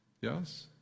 Yes